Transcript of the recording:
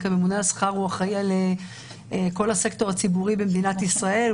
כממונה על השכר הוא אחראי על כל הסקטור הציבורי במדינת ישראל.